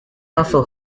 also